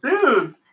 dude